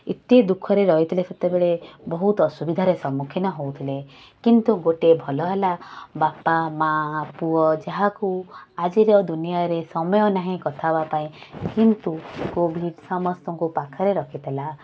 ଏତେ ଦୁଃଖରେ ରହିଥିଲେ ସେତେବେଳେ ବହୁତ ଅସୁବିଧାରେ ସମ୍ମୁଖୀନ ହେଉଥିଲେ କିନ୍ତୁ ଗୋଟିଏ ଭଲ ହେଲା ବାପା ମାଆ ପୁଅ ଯାହାକୁ ଆଜିର ଦୁନିଆରେ ସମୟ ନାହିଁ କଥା ହେବା ପାଇଁ କିନ୍ତୁ କୋଭିଡ଼ ସମସ୍ତଙ୍କୁ ପାଖରେ ରଖିଥିଲା